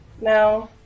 No